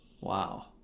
Wow